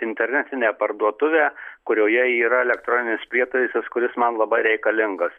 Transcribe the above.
internetinę parduotuvę kurioje yra elektroninis prietaisas kuris man labai reikalingas